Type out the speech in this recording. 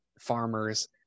Farmers